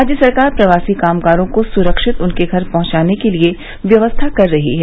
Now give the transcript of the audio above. राज्य सरकार प्रवासी कामगारों को सुरक्षित उनके घर पहुंचाने के लिए व्यवस्था कर रही है